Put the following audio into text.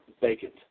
vacant